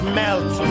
melt